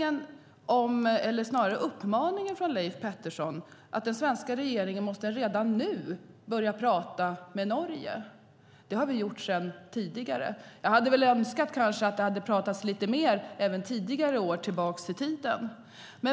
Uppmaningen från Leif Pettersson var att den svenska regeringen redan nu måste börja prata med Norge. Det har vi gjort sedan tidigare. Jag hade kanske önskat att det hade pratats lite mer även längre tillbaka i tiden.